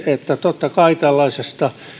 että totta kai tällaisesta